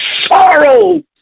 sorrow